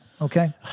Okay